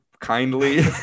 kindly